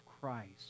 Christ